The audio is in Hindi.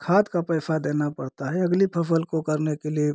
खाद का पैसा देना पड़ता है अगली फसल को करने के लिए